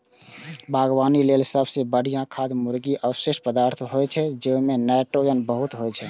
बागवानी लेल सबसं बढ़िया खाद मुर्गीक अवशिष्ट पदार्थ होइ छै, जइमे नाइट्रोजन बहुत होइ छै